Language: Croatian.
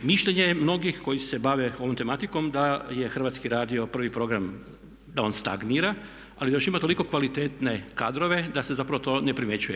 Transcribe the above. Mišljenje je mnogih koji se bave ovom tematikom da je Hrvatski radio prvi program, da on stagnira, ali još ima toliko kvalitetne kadrove da se zapravo to ne primjećuje.